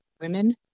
women